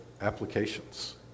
applications